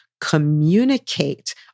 communicate